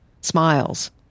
smiles